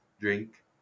drink